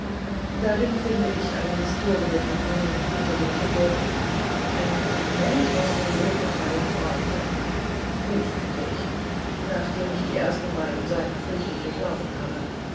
darin finde ich eine historie von ihnen unter dem titel ein fragment aus dem leben dreier freunde gut denke ich nachdem ich die ersten zwei seiten flüchtig durchlaufen habe